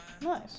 Nice